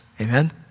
Amen